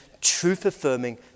truth-affirming